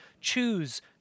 Choose